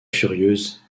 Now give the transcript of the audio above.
furieuse